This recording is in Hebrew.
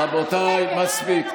רבותיי, מספיק.